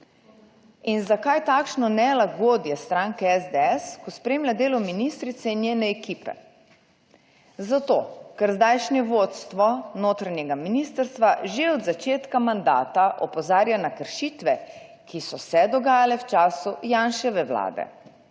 In zakaj takšno nelagodje stranke SDS, ko spremlja delo ministrice in njene ekipe? Zato, ker zdajšnje vodstvo notranjega ministrstva že od začetka mandata opozarja na kršitve, ki so se dogajale v času Janševe Vlade